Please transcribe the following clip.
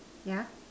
yeah